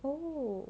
oh